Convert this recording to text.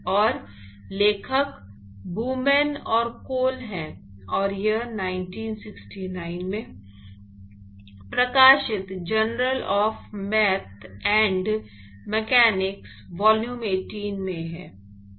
और लेखक ब्लुमेन और कोल हैं और यह 1969 में प्रकाशित journal of math and mechanics volume 18 में है